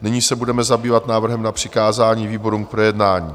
Nyní se budeme zabývat návrhem na přikázání výborům k projednání.